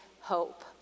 hope